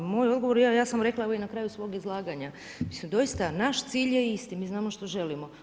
A moj odgovor, evo ja sam rekla i na kraju svog izlaganja, mislim doista naš cilj je isti, mi znamo što želimo.